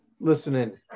listening